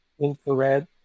infrared